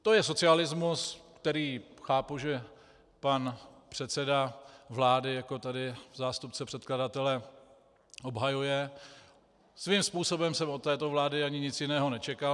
To je socialismus, který chápu, že pan předseda vlády jako tady zástupce předkladatele obhajuje, svým způsobem jsem od této vlády ani nic jiného nečekal.